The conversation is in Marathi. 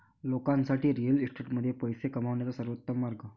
लोकांसाठी रिअल इस्टेटमध्ये पैसे कमवण्याचा सर्वोत्तम मार्ग